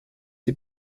die